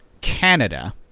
Canada